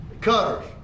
Cutters